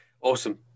Awesome